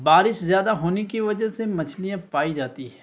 بارش زیادہ ہونے کی وجہ سے مچھلیاں پائی جاتی ہیں